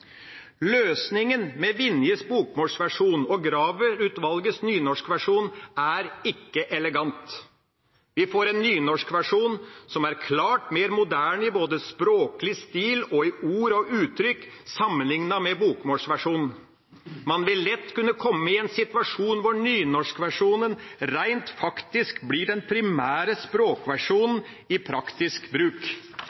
Løsningen med Vinjes bokmålsversjon og Graver-utvalgets nynorskversjon er ikke elegant. Vi får en nynorskversjon som er klart mer moderne i både språklig stil og ord og uttrykk sammenlignet med bokmålsversjonen. Man vil lett kunne komme i en situasjon hvor nynorskversjonen rent faktisk blir den primære språkversjonen